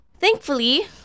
Thankfully